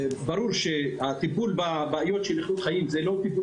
ברור שהטיפול בבעיות של איכות חיים זה לא טיפול